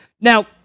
Now